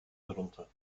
herunter